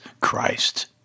Christ